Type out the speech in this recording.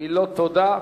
מילות תודה.